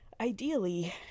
ideally